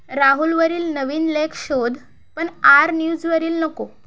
राहुलवरील नवीन लेख शोध पण आर न्यूजवरील नको